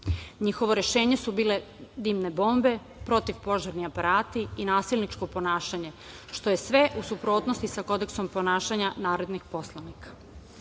rešenje su bile dimne bombe, protivpožarni aparati i nasilničko ponašanje, što se sve u suprotnosti sa Kodeksom ponašanja narodnih poslanika. Njihovi